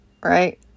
right